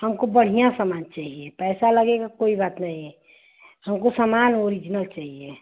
हमको बढ़िया समान चाहिए पैसा लगेगा कोई बात नहीं है हमको समान ओरिजनल चाहिए